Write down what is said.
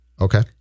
Okay